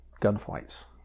gunfights